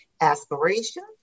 aspiration